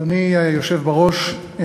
אדוני היושב בראש,